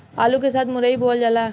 आलू के साथ मुरई बोअल जाला